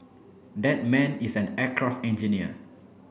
that man is an aircraft engineer